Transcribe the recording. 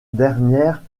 dernière